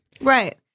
Right